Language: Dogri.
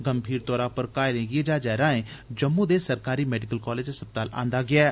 गंभीर तौर पर घायलें गी जहाजै राएं जम्मू दे सरकारी मेडिकल कालेज अस्पताल आंदा गेआ ऐ